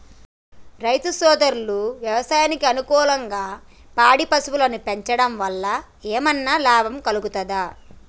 రైతు సోదరులు వ్యవసాయానికి అనుకూలంగా పాడి పశువులను పెంచడం వల్ల ఏమన్నా లాభం కలుగుతదా?